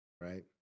Right